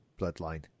bloodline